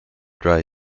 dry